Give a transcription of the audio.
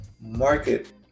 market